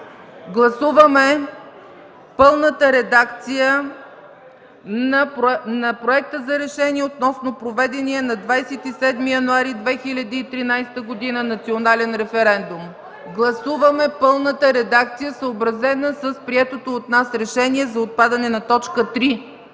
Гласуваме пълната редакция на Проекта за решение относно проведения на 27 януари 2013 г. национален референдум. (Шум и реплики от КБ.) Гласуваме пълната редакция, съобразена с приетото от нас решение за отпадане на т. 3.